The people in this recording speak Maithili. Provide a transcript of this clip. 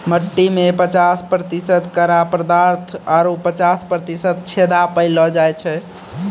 मट्टी में पचास प्रतिशत कड़ा पदार्थ आरु पचास प्रतिशत छेदा पायलो जाय छै